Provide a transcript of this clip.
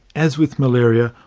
as with malaria,